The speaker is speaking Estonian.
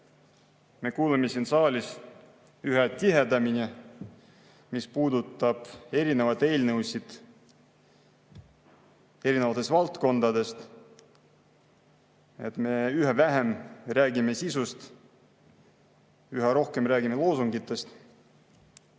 me kuuleme siin saalis üha tihedamini. Mis puudutab erinevaid eelnõusid erinevates valdkondades, siis me üha vähem räägime sisust, üha rohkem kasutame loosungeid.